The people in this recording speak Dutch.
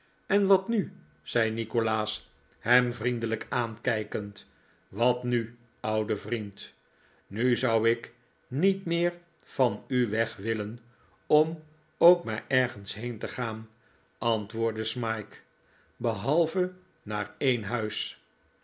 en wat nu zei nikolaas hem vriendelijk aankijkend wat nu oude vriend nu zou ik niet meer van u weg willen om ook maar ergens heen te gaan antwoordde smike behalve naar een thuis